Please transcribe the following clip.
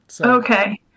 Okay